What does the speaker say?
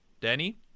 Danny